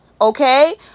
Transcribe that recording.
Okay